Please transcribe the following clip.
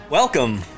Welcome